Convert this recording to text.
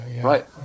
right